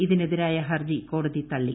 ഇതിനെതിരായ ഹർജി കോടതി തള്ളി